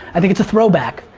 i think it's a throwback.